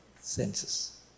senses